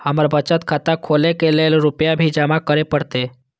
हमर बचत खाता खोले के लेल रूपया भी जमा करे परते?